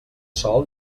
sol